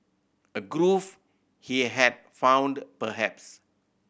a groove he had found perhaps